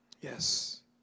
Yes